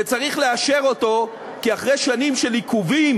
וצריך לאשר אותו כי אחרי שנים של עיכובים